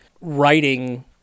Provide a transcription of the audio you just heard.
writing